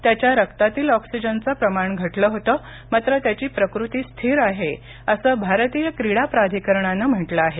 त्याच्या रक्तातील ओक्सिजनच प्रमाण घटल होत मात्र त्याची प्रकृती स्थिर आहे अस भारतीय क्रीडा प्राधिकरणान म्हटल आहे